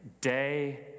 day